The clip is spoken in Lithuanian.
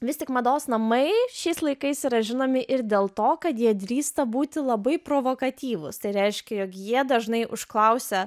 vis tik mados namai šiais laikais yra žinomi ir dėl to kad jie drįsta būti labai provakatyvūs tai reiškia jog jie dažnai užklausia